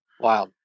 wow